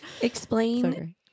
Explain